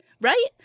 right